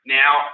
now